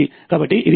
కాబట్టి ఇది 1